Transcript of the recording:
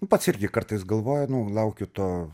pats irgi kartais galvoju nu laukiu to